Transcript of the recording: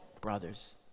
brothers